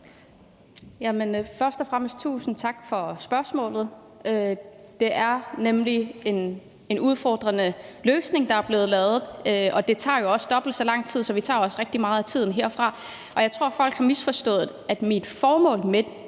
Først og fremmest tusind tak for spørgsmålet. Det er nemlig en udfordrende løsning, der er blevet lavet, og det tager jo også dobbelt så lang tid, så vi tager også rigtig meget af tiden herfra. Jeg tror, folk har misforstået det. Mit formål med at